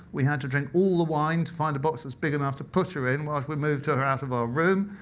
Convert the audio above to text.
we had to drink all the wine to find a box that's big enough to put her in while we moved her out of our room.